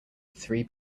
three